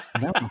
No